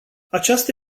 aceasta